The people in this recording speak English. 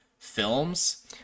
films